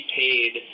paid